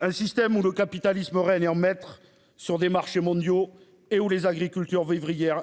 Un système où le capitalisme règne en maître sur des marchés mondiaux et où les agricultures vivrières